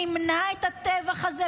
מימנה את הטבח הזה,